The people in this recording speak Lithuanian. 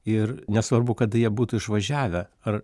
ir nesvarbu kada jie būtų išvažiavę ar